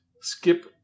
Skip